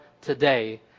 today